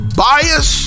bias